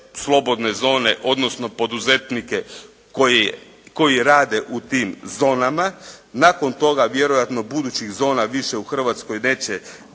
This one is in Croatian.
slobodne zone, odnosno poduzetnike koji rade u tim zonama. Nakon toga vjerojatno budućih zona više u Hrvatskoj više